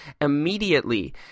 immediately